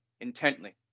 intently